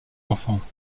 enfants